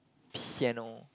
piano